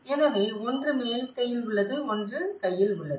எனவே ஒன்று மேல் கையில் உள்ளது ஒன்று கையில் உள்ளது